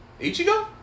Ichigo